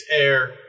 air